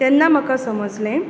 तेन्ना म्हाका समजलें